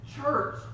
church